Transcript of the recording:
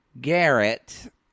Garrett